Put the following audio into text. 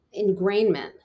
ingrainment